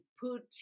put